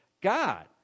God